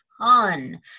ton